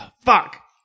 Fuck